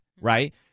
right